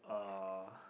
uh